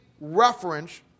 reference